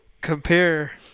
compare